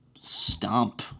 stomp